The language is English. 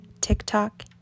TikTok